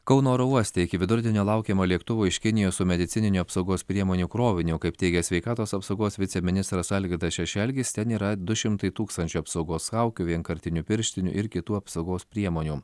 kauno oro uoste iki vidurdienio laukiama lėktuvo iš kinijos su medicininių apsaugos priemonių kroviniu kaip teigia sveikatos apsaugos viceministras algirdas šešelgis ten yra du šimtai tūkstančių apsaugos kaukių vienkartinių pirštinių ir kitų apsaugos priemonių